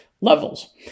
levels